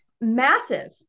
massive